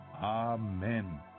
Amen